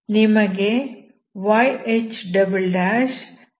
ನಿಮಗೆ yHyppxyHypqxyHyp0f ದೊರೆಯುತ್ತದೆ